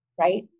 right